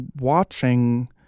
watching